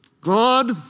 God